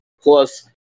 plus